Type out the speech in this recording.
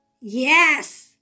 Yes